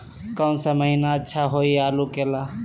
कौन सा महीना अच्छा होइ आलू के ला?